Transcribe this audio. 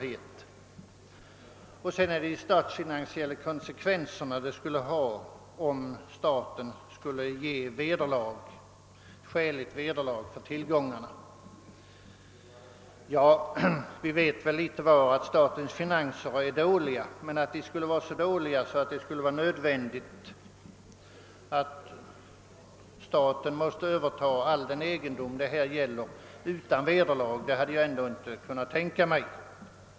Den är även enkel med tanke på de statsfinansiella konsekvenser det skulle ha, om staten skulle ge skäligt vederlag för tillgångarna. Vi vet litet var att statens finanser är dåliga, men att de skulle vara så dåliga att det är nödvändigt att staten utan vederlag måste överta all den egendom det här gäller hade jag ändå inte kunnat tänka mig.